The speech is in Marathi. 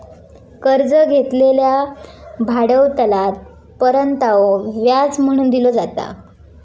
कर्ज घेतलेल्या भांडवलात परतावो व्याज म्हणून दिलो जाता